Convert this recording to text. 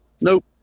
nope